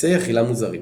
טקסי אכילה מוזרים.